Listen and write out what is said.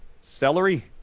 celery